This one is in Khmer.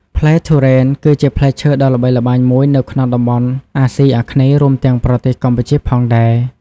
ផ្លែទុរេន គឺជាផ្លែឈើដ៏ល្បីល្បាញមួយនៅក្នុងតំបន់អាស៊ីអាគ្នេយ៍ រួមទាំងប្រទេសកម្ពុជាផងដែរ។